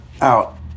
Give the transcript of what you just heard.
out